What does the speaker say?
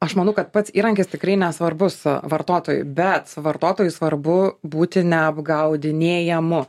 aš manau kad pats įrankis tikrai nesvarbus vartotojui bet vartotojui svarbu būti ne apgaudinėjamu